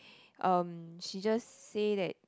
um she just say that